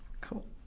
Cool